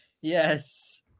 Yes